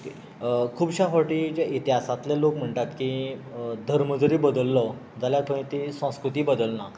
खुबशा फावटी जे इतिहासांतले लोक म्हणटात की धर्म जरी बदल्लो जाल्यार थंय ती संस्कृती बदलना